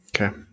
Okay